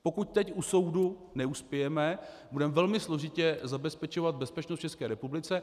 Pokud teď u soudu neuspějeme, budeme velmi složitě zabezpečovat bezpečnost v České republice.